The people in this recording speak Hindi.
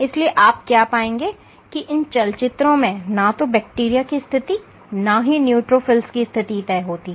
इसलिए आप क्या पाएंगे कि इन चलचित्रों में ना तो बैक्टीरिया की स्थिति ना ही न्यूट्रोफिल्स की स्थिति तय होती है